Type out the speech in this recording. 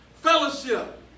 fellowship